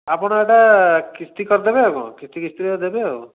ଆପଣ ଏଇଟା କିସ୍ତି କରିଦେବେ ଆଉ କ'ଣ କିସ୍ତି କିସ୍ତିରେ ଦେବେ ଆଉ